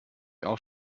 auch